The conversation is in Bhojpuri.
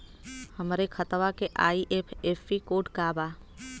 हमरे खतवा के आई.एफ.एस.सी कोड का बा?